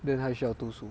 then 还需要读书